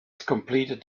completed